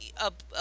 up